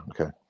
Okay